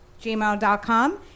gmail.com